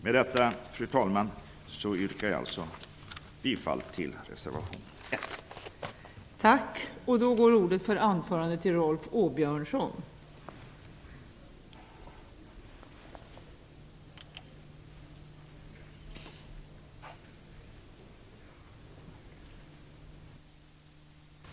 Med detta, fru talman, yrkar jag alltså bifall till reservation 1.